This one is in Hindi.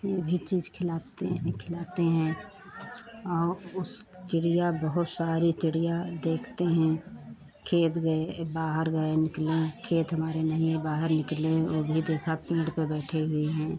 भिचेस खिलाते हैं खिलाते हैं और उस चिड़िया बहुत सारी चिड़िया देखते हैं खेत गए बाहर गए निकले खेत हमारे नहीं बाहर निकले वह भी देखा पेड़ पर बैठे हुए हैं